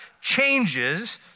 changes